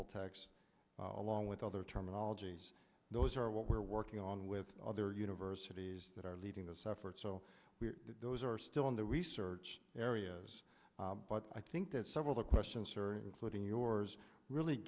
toltecs along with other terminologies those are what we're working on with other universities that are leading this effort so those are still in the research areas but i think that several the questions sir including yours really